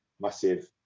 massive